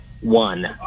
one